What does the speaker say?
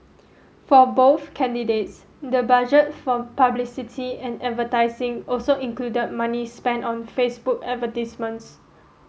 for both candidates the budget for publicity and advertising also included money spent on Facebook advertisements